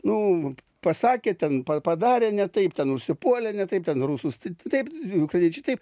nu pasakė ten padarė ne taip ten užsipuolė ne taip ten rusus tai taip ukrainiečiai taip